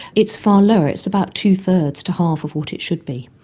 it's far lower, it's about two-thirds to half of what it should be.